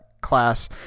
class